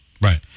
Right